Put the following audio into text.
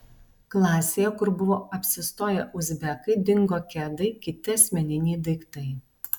klasėje kur buvo apsistoję uzbekai dingo kedai kiti asmeniniai daiktai